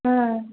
ஆ